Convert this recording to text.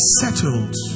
settled